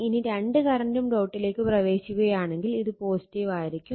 ഇനി രണ്ട് കറണ്ടും ഡോട്ടിലേക്ക് പ്രവേശിക്കുകയാണെങ്കിൽ ഇത് ആയിരിക്കും